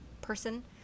person